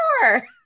sure